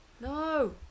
No